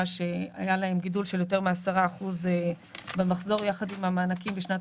היה להם גידול של יותר מ-10 אחוזים במחזור יחד עם המענקים בשנת